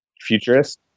futurist